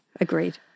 agreed